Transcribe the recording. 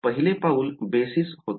तर पहिले पाऊल बेसिस होता